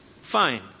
Fine